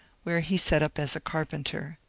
where he set up as a carpenter.